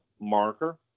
marker